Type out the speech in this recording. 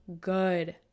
good